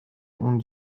und